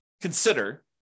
consider